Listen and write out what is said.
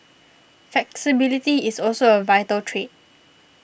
flexibility is also a vital trait